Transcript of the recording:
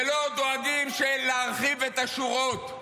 ולא דואגים להרחיב את השורות,